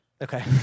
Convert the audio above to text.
Okay